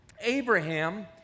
Abraham